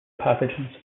pathogens